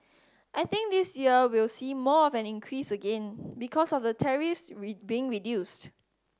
I think this year we'll see more of an increase again because of the tariffs being reduced